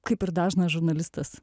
kaip ir dažnas žurnalistas